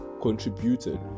contributed